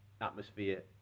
atmosphere